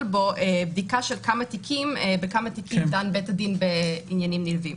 בה בדיקה של בכמה תיקים דן בית הדין בעניינים נלווים.